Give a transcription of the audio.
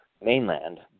mainland